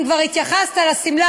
אם כבר התייחסת לשמלה,